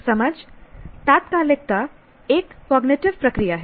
समझ तात्कालिकता एक कॉग्निटिव प्रक्रिया है